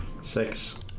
Six